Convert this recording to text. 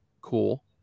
Cool